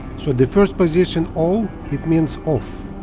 so the first position all it means off